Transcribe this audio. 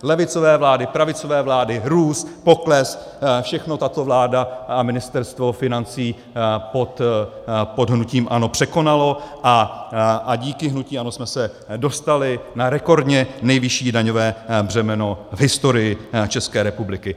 Levicové vlády, pravicové vlády, růst, pokles, všechno tato vláda a Ministerstvo financí pod hnutím ANO překonaly a díky hnutí ANO jsme se dostali na rekordně nejvyšší daňové břemeno v historii České republiky.